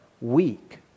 weak